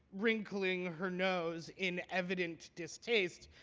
wrinkling her nose in evident distaste,